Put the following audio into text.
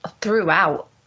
throughout